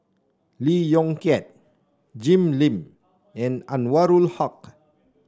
Lee Yong Kiat Jim Lim and Anwarul Haque